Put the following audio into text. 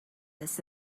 this